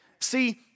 see